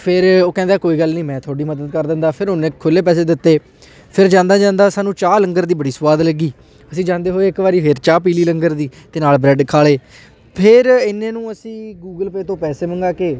ਫਿਰ ਉਹ ਕਹਿੰਦਾ ਕੋਈ ਗੱਲ ਨਹੀਂ ਮੈਂ ਤੁਹਾਡੀ ਮਦਦ ਕਰ ਦਿੰਦਾ ਫਿਰ ਉਹਨੇ ਖੁੱਲ੍ਹੇ ਪੈਸੇ ਦਿੱਤੇ ਫਿਰ ਜਾਂਦਾ ਜਾਂਦਾ ਸਾਨੂੰ ਚਾਹ ਲੰਗਰ ਦੀ ਬੜੀ ਸਵਾਦ ਲੱਗੀ ਅਸੀਂ ਜਾਂਦੇ ਹੋਏ ਇੱਕ ਵਾਰੀ ਫਿਰ ਚਾਹ ਪੀ ਲਈ ਲੰਗਰ ਦੀ ਅਤੇ ਨਾਲ ਬ੍ਰੈਡ ਖਾ ਲਏ ਫਿਰ ਇੰਨੇ ਨੂੰ ਅਸੀਂ ਗੂਗਲ ਪੇ ਤੋਂ ਪੈਸੇ ਮੰਗਵਾ ਕੇ